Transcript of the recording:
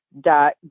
dot